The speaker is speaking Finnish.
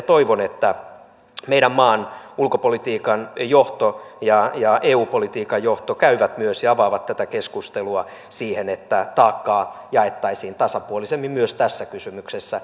toivon että meidän maan ulkopolitiikan johto ja eu politiikan johto käyvät myös tätä keskustelua ja avaavat sitä siihen että taakkaa jaettaisiin tasapuolisemmin myös tässä kysymyksessä